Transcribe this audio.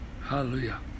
Hallelujah